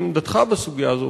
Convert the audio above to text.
עמדתך בסוגיה הזאת,